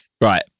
Right